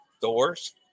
doors